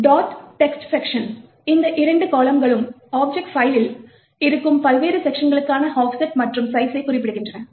text section இந்த இரண்டு கால்லம்களும் ஆப்ஜெக்ட் பைலில் இருக்கும் பல்வேறு செக்க்ஷன்களுக்கான ஆஃப்செட் மற்றும் சைஸ்சைக் குறிப்பிடுகின்றன